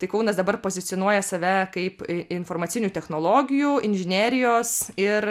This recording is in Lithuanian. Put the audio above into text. tai kaunas dabar pozicionuoja save kaip informacinių technologijų inžinerijos ir